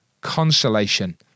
consolation